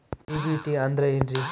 DBT ಅಂದ್ರ ಏನ್ರಿ?